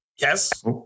Yes